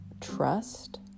trust